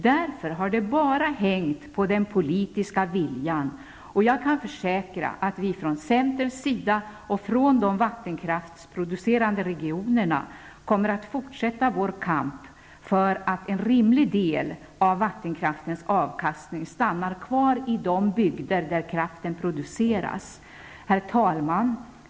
Därför har det bara berott på den politiska viljan, och jag kan försäkra att vi från centerns och från de vattenkraftsproducerande regionernas sida kommer att fortsätta vår kamp för att en rimlig del av vattenkraftens avkastning stannar kvar i de bygder där kraften produceras. Herr talman!